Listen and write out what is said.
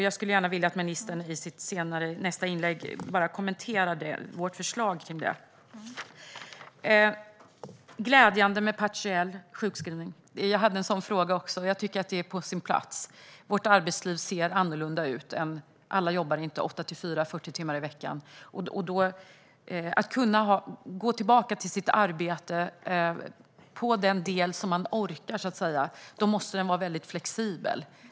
Jag skulle gärna vilja att ministern i sitt nästa inlägg kommenterar vårt förslag kring detta. Det här med partiell sjukskrivning är glädjande. Jag hade också en sådan fråga, och jag tycker att det är på sin plats. Våra arbetsliv ser olika ut. Alla jobbar inte från åtta till fyra, 40 timmar i veckan, och om man ska kunna gå tillbaka till sitt arbete på den del man orkar måste det vara väldigt flexibelt.